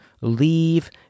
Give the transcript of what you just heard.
leave